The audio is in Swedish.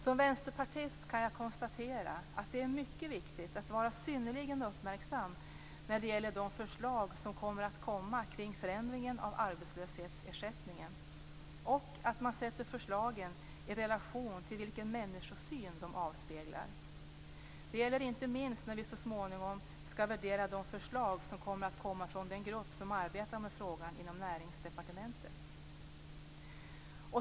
Som vänsterpartist kan jag konstatera att det är mycket viktigt att vara synnerligen uppmärksam när det gäller de förslag som kommer att komma kring förändringen av arbetslöshetsersättningen och att man sätter förslagen i relation till vilken människosyn som de avspeglar. Det gäller inte minst när vi så småningom skall värdera de förslag som kommer att komma från den grupp som arbetar med frågan inom Näringsdepartementet.